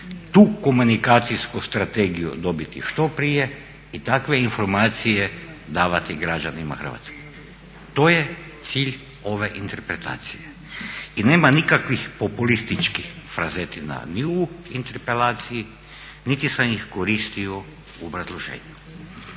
tu komunikacijsku strategiju dobiti što prije i takve informacije davati građanima Hrvatske. To je cilj ove interpelacije. I nema nikakvih populističkih frazetina ni u interpelaciji niti sam ih koristio u obrazloženju.